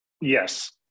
Yes